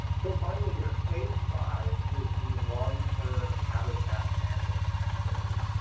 so finally here, phase five is the long-term habitat management phase.